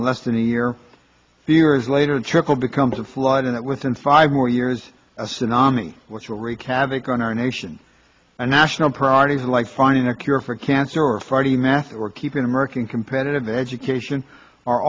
in less than a year two years later a trickle becomes a flood in it within five more years a tsunami which will wreak havoc on our nation and national priorities like finding a cure for cancer or for the math or keeping american competitive education are